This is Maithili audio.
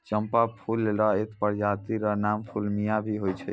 चंपा फूल र एक प्रजाति र नाम प्लूमेरिया भी होय छै